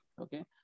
okay